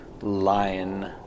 lion